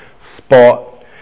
Spot